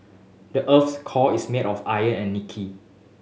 the earth's core is made of iron and nickel